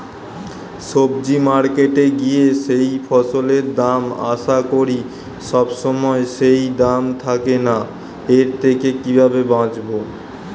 সবজি মার্কেটে গিয়ে যেই ফসলের দাম আশা করি সবসময় সেই দাম থাকে না এর থেকে কিভাবে বাঁচাবো?